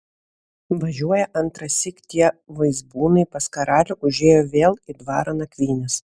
važiuoja antrąsyk tie vaizbūnai pas karalių užėjo vėl į dvarą nakvynės